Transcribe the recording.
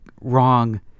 wrong